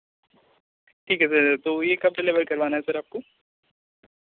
ठीक है फिर तो ये कब डिलीवर करवाना है सर आपको